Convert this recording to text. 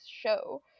show